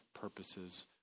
purposes